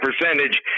percentage